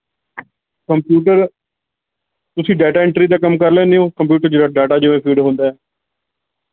computer ਤੁਸੀਂ data entry ਦਾ ਕੰਮ ਕਰ ਲੈਂਦੇ ਹੋ ਕੰਪਿਊਟਰ ਜਿਹੜਾ ਡਾਟਾ ਜਿਵੇਂ ਫੀਡ ਹੁੰਦਾ ਹੈ